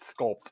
sculpt